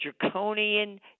draconian –